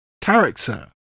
character